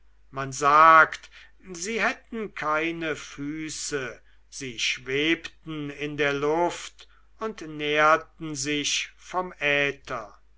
man sagt sie hätten keine füße sie schwebten in der luft und nährten sich vom äther